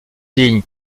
dignes